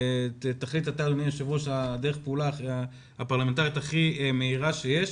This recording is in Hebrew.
תחליט אתה אדוני היושב ראש על דרך הפעולה הפרלמנטרית הכי מהירה - כך